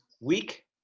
week